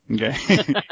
Okay